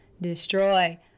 destroy